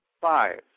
Five